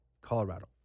Colorado